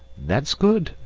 that's good,